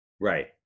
Right